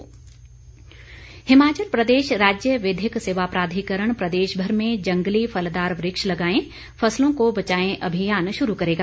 विधिक सेवा हिमाचल प्रदेश राज्य विधिक सेवा प्राधिकरण प्रदेशभर में जंगली फलदार वृक्ष लगाएं फसलों को बचाएं अभियान शुरू करेगा